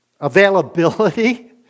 availability